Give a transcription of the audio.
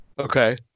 Okay